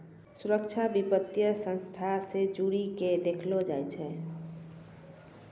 सुरक्षा वित्तीय संस्था से जोड़ी के देखलो जाय छै